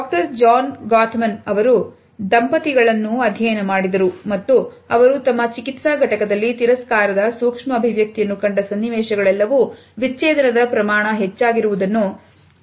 doctor John Gottman ರವರು ದಂಪತಿಗಳನ್ನು ಅಧ್ಯಯನ ಮಾಡಿದರು ಮತ್ತು ಅವರು ತಮ್ಮ ಚಿಕಿತ್ಸಾ ಘಟಕದಲ್ಲಿ ತಿರಸ್ಕಾರದ ಸೂಕ್ಷ್ಮ ಅಭಿವ್ಯಕ್ತಿಯನ್ನು ಕಂಡ ಸನ್ನಿವೇಶಗಳೆಲ್ಲವೂ ವಿಚ್ಛೇದನದ ಪ್ರಮಾಣ ಹೆಚ್ಚಾಗಿದ್ದರೂ ಕಂಡುಕೊಂಡಿದ್ದಾರೆ